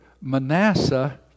Manasseh